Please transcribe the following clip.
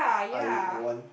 I want